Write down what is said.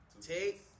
Take